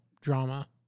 drama